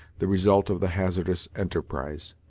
the result of the hazardous enterprise.